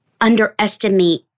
underestimate